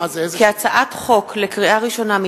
כי הצעת חוק שהונחה אתמול על שולחן הכנסת לקריאה ראשונה,